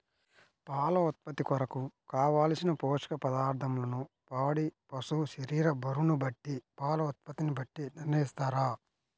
పాల ఉత్పత్తి కొరకు, కావలసిన పోషక పదార్ధములను పాడి పశువు శరీర బరువును బట్టి పాల ఉత్పత్తిని బట్టి నిర్ణయిస్తారా?